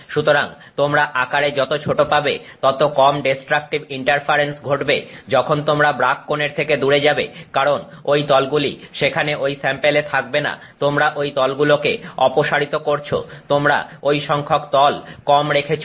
সুতরাং তোমরা আকারে যত ছোট পাবে তত কম ডেস্ট্রাকটিভ ইন্টারফারেন্স ঘটবে যখন তোমরা ব্রাগ কোণের থেকে দূরে যাবে কারণ ঐ তলগুলি সেখানে ঐ স্যাম্পেলে থাকবে না তোমরা ঐ তলগুলোকে অপসারিত করেছো তোমরা ঐ সংখ্যক তল কম রেখেছো